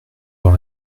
dans